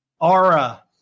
Aura